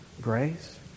grace